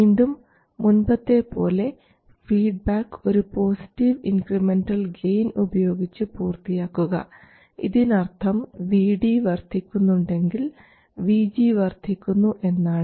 വീണ്ടും മുൻപത്തെ പോലെ ഫീഡ്ബാക്ക് ഒരു പോസിറ്റീവ് ഇൻക്രിമെൻറൽ ഗെയിൻ ഉപയോഗിച്ച് പൂർത്തിയാക്കുക ഇതിനർത്ഥം V D വർദ്ധിക്കുന്നുണ്ടെങ്കിൽ VG വർദ്ധിക്കുന്നു എന്നാണ്